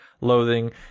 loathing